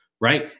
right